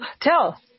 tell